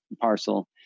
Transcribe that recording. parcel